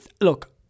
Look